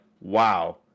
wow